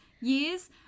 years